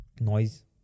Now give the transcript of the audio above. noise